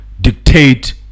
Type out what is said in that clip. dictate